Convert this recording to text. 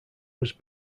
was